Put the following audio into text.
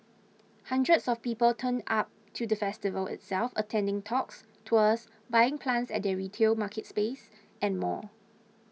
hundreds of people turned up to the festival itself attending talks tours buying plants at their retail marketplace and more